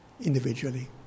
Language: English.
Individually